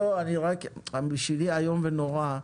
בשבילי איום ונורא,